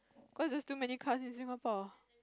cause there's too many cars in Singapore